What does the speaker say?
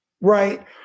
right